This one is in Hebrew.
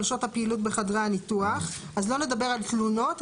על שעות הפעילות בחדרי הניתוח אז לא נדבר על תלונות,